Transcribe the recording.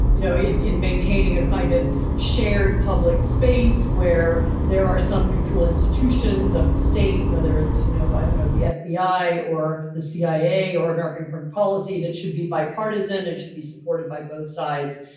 you know, in in maintaining a kind of shared public space where there are some neutral institutions of the state, whether it's, you know, i don't know the fbi or the cia or american foreign policy, that should be bipartisan. it should be supported by both sides.